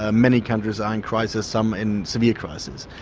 ah many countries are in crisis, some in severe crisis.